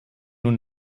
nun